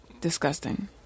Disgusting